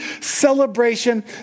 celebration